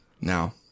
now